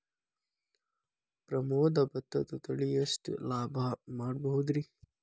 ಪ್ರಮೋದ ಭತ್ತದ ತಳಿ ಎಷ್ಟ ಲಾಭಾ ಮಾಡಬಹುದ್ರಿ?